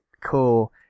cool